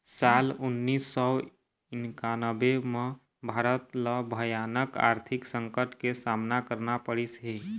साल उन्नीस सौ इन्कानबें म भारत ल भयानक आरथिक संकट के सामना करना पड़िस हे